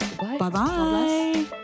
Bye-bye